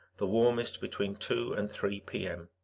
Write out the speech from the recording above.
the warmest between two and three p m.